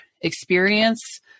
experience